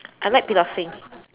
I like Piloxing